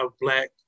black